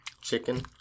chicken